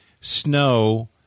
Snow